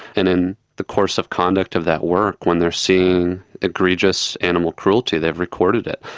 and in the course of conduct of that work when they are seeing egregious animal cruelty they have recorded it.